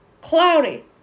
cloudy